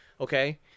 okay